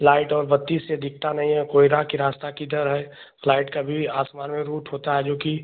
light और बत्ती से दिखता नहीं है कोहरा कि रास्ता किधर है फ्लाइट का भी आसमान में रूट होता है जो कि